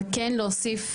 אבל כן להוסיף